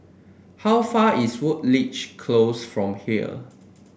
how far is Woodleigh Close from here